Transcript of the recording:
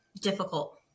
difficult